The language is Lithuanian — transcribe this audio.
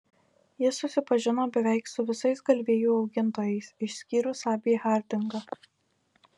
ji susipažino beveik su visais galvijų augintojais išskyrus abį hardingą